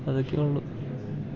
അതൊക്കെയുള്ളു